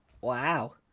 Wow